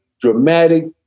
dramatic